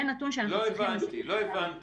זה נתון שאנחנו צריכים --- לא הבנתי.